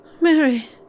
Mary